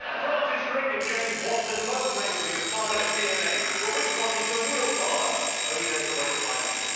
francis crick and james watson both claim to be the father of dna, but which one is the real father? if only there was a way to find out.